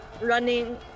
running